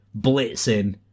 blitzing